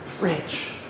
rich